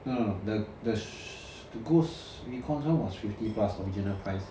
no no no the the ss~ ghost recon one was fifty plus original price